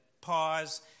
pause